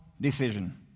decision